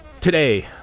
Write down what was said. Today